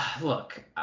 look